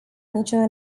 niciun